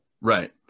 Right